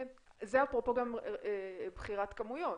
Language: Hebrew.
זה אפרופו גם בחירת כמויות.